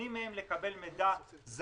מונעים מהן לקבל מידע זמין